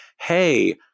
hey